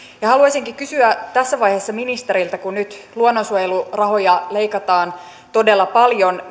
haluaisinkin kysyä tässä vaiheessa ministeriltä kun nyt luonnonsuojelurahoja leikataan todella paljon